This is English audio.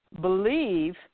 believe